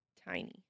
Tiny